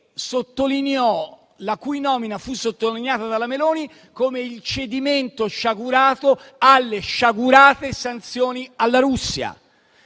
la cui nomina fu sottolineata dalla Meloni come il cedimento sciagurato alle sciagurate sanzioni alla Russia.